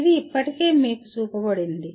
ఇది ఇప్పటికే మీకు చూపబడింది